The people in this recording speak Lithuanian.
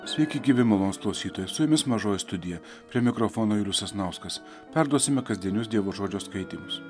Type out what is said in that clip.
sveiki gyvi malonūs klausytojai su jumis mažoji studija prie mikrofono julius sasnauskas perduosime kasdienius dievo žodžio skaitymus